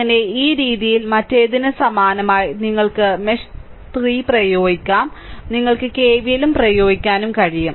അങ്ങനെ ഈ രീതിയിൽ മറ്റേതിന് സമാനമായി നിങ്ങൾക്ക് മെഷ് 3 പ്രയോഗിക്കാം നിങ്ങൾക്ക് KVL പ്രയോഗിക്കാനും കഴിയും